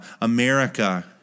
America